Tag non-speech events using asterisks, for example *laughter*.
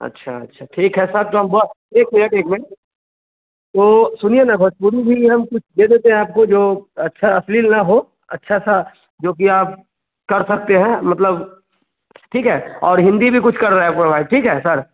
अच्छा अच्छा ठीक है *unintelligible* एक मिनिट एक मिनट तो सुनिए ना भोजपुरी भी हम कुछ दे देते हैं आपको जो अच्छा अश्लील ना हो अच्छा सा जो कि आप कर सकते हैं हों मतलब ठीक है और हिन्दी भी कुछ कर रहे हैं प्रोवाइड ठीक है सर